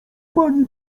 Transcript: pani